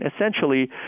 essentially